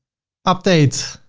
update.